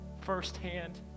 firsthand